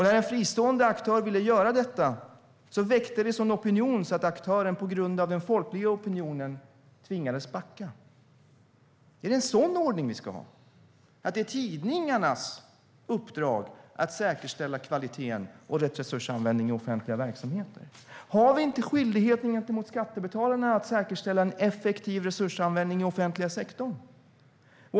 När en fristående aktör ville göra detta väckte det en sådan opinion att aktören på grund av den folkliga opinionen tvingades backa. Är det en sådan ordning vi ska ha? Är det tidningarnas uppdrag att säkerställa kvaliteten och rätt resursanvändning i offentliga verksamheter? Har vi inte skyldigheten gentemot skattebetalarna att säkerställa en effektiv resursanvändning i offentliga sektorn?